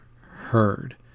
heard